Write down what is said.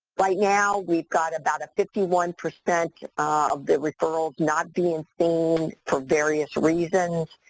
right now we've got about a fifty one percent ah of the referrals not being seen for various reasons.